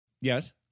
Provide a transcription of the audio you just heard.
Yes